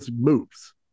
moves